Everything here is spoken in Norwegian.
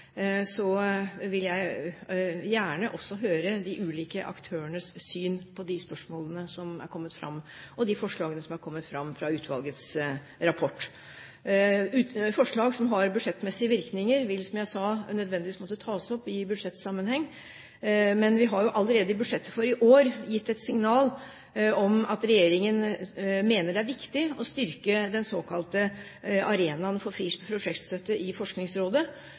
vil jeg gjerne også høre de ulike aktørenes syn på de spørsmålene og de forslagene som har kommet fram i utvalgets rapport. Forslag som har budsjettmessige virkninger, vil, som jeg sa, nødvendigvis måtte tas opp i budsjettsammenheng. Men vi har jo allerede i budsjettet for i år gitt et signal om at regjeringen mener det er viktig å styrke den såkalte arenaen for fri prosjektstøtte i Forskningsrådet.